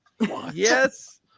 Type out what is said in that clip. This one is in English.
Yes